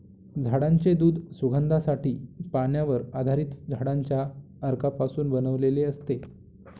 झाडांचे दूध सुगंधासाठी, पाण्यावर आधारित झाडांच्या अर्कापासून बनवलेले असते